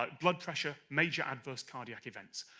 but blood pressure, major adverse cardiac events.